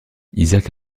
isaac